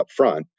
upfront